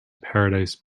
paradise